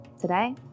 Today